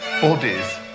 bodies